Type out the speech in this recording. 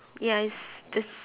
ya s~ the s~